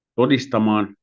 todistamaan